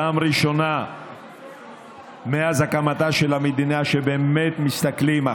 פעם ראשונה מאז הקמתה של המדינה שבאמת מסתכלים,